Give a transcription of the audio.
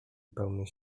pełnej